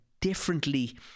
differently